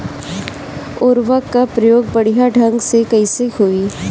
उर्वरक क प्रयोग बढ़िया ढंग से कईसे होई?